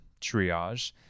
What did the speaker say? triage